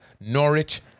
Norwich